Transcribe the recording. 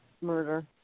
murder